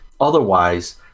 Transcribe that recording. Otherwise